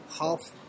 half